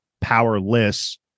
powerless